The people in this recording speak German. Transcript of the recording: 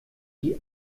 die